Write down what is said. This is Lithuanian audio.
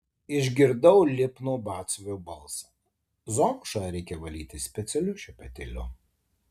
išgirdau lipnų batsiuvio balsą zomšą reikia valyti specialiu šepetėliu